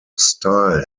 style